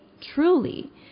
truly